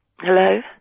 Hello